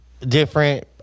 different